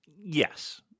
yes